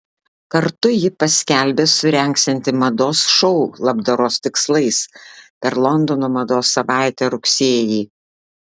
kartu ji paskelbė surengsianti mados šou labdaros tikslais per londono mados savaitę rugsėjį